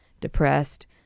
depressed